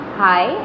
hi